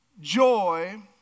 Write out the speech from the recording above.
joy